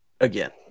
again